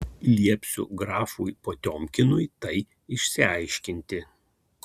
liepsiu grafui potiomkinui tai išsiaiškinti